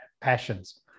passions